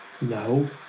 No